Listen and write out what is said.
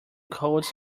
colds